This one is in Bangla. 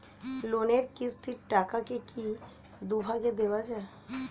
লোনের কিস্তির টাকাকে কি দুই ভাগে দেওয়া যায়?